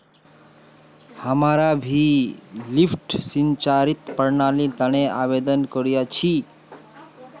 हमरा भी लिफ्ट सिंचाईर प्रणालीर तने आवेदन करिया छि